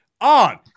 on